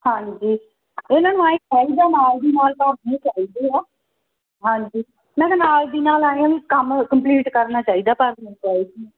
ਹਾਂਜੀ ਇਹਨਾਂ ਨੂੰ ਐਂ ਚਾਹੀਦਾ ਨਾਲ ਦੀ ਨਾਲ ਭਰਨੇ ਚਾਹੀਦੇ ਆ ਹਾਂਜੀ ਨਾਲੇ ਨਾਲ ਦੀ ਨਾਲ ਐਂ ਆ ਵੀ ਕੰਮ ਕੰਪਲੀਟ ਕਰਨਾ ਚਾਹੀਦਾ ਪਰ